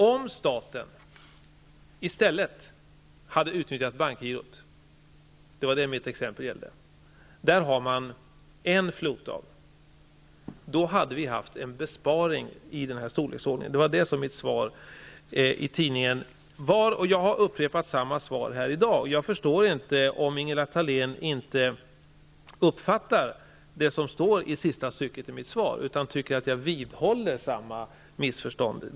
Om staten i stället hade utnyttjat bankgirot, där man har en floatdag, hade vi gjort en besparing i denna storleksordning. Det var vad mitt exempel i tidningen gällde. Jag har upprepat det här i dag. Jag förstår inte att Ingela Thalén inte uppfattar det som står i sista stycket i mitt svar utan tycker att jag vidhåller samma missförstånd.